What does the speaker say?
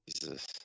Jesus